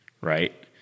right